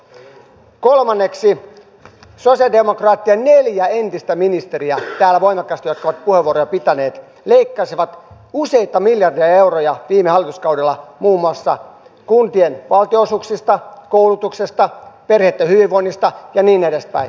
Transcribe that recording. kolmanneksi sosialidemokraattien neljä entistä ministeriä jotka ovat puheenvuoroja täällä voimakkaasti pitäneet leikkasivat useita miljardeja euroja viime hallituskaudella muun muassa kuntien valtionosuuksista koulutuksesta perheitten hyvinvoinnista ja niin edespäin